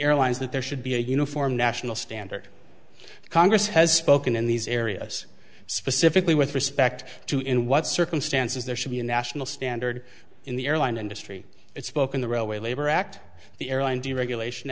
airlines that there should be a uniform national standard congress has spoken in these areas specifically with respect to in what circumstances there should be a national standard in the airline industry it's a poke in the railway labor act the airline deregulation